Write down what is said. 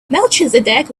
melchizedek